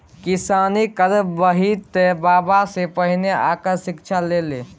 किसानी करबही तँ बबासँ पहिने ओकर शिक्षा ल लए